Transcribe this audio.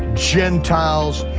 gentiles,